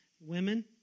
women